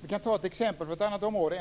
jag kan ta ett exempel från ett annat område.